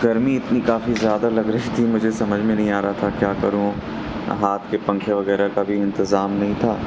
گرمی اتنی کافی زیادہ لگ رہی تھی مجھے سمجھ میں نہیں آ رہا تھا کیا کروں ہاتھ کے پنکھے وغیرہ کا بھی انتظام نہیں تھا